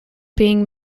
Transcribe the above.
being